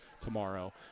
tomorrow